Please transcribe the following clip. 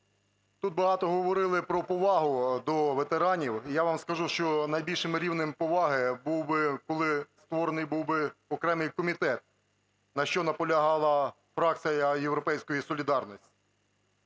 Тут багато говорили про повагу до ветеранів, і я вам скажу, що найбільшим рівнем поваги був би, коли створений був би окремий комітет, на що наполягала фракція "Європейської солідарності".